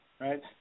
right